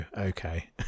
okay